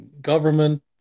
government